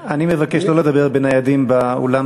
אני מבקש לא לדבר בניידים באולם.